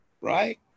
right